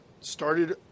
started